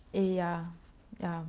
eh ya ya